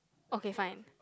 okay fine